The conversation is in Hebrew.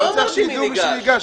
לא צריך שיידעו מי ניגש.